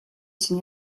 için